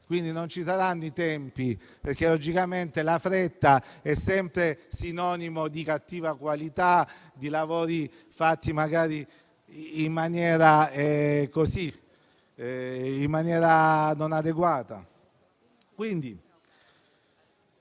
quindi non ci saranno i tempi, perché la fretta è sempre sinonimo di cattiva qualità, di lavori fatti in maniera inadeguata.